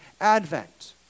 advent